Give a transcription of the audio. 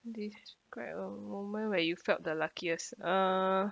describe a moment where you felt the luckiest uh